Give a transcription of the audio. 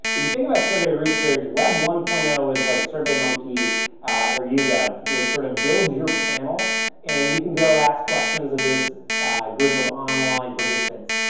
if you think about survey research, web one point zero was like surveymonkey or yougove, was sort of build your panel and you can go ask questions of this group of online participants.